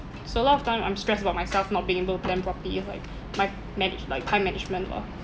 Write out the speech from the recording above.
so a lot of time I'm stressed about myself not being able to plan properly it's like my manage~ like time management lah